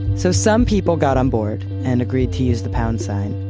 so some people got on board, and agreed to use the pound sign.